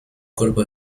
cuerpo